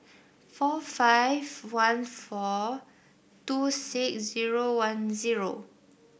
four five one four two six zero one zero